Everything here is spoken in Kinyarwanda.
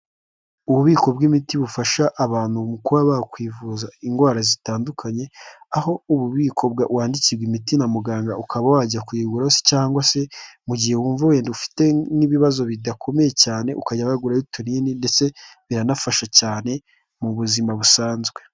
Ububiko bw'imiti bufasha abantu mu kuba bakwivuza indwara zitandukanye, aho ububiko wandikirwa imiti na muganga ukaba wajya kuyigurayo cyangwa se mu gihe wumva wenda ufite n'ibibazo bidakomeye cyane, ukajya bagurayo utunini ndetse biranafasha cyane mu buzima busanzwe.